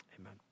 amen